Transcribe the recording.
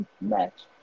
match